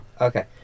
Okay